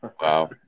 Wow